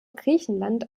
griechenland